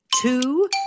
Two